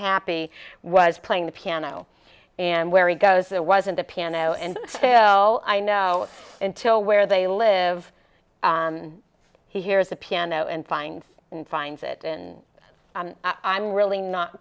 happy was playing the piano and where he goes there wasn't a piano and so i know until where they live he hears the piano and finds and finds it and i'm really not